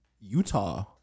Utah